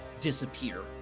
disappear